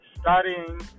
studying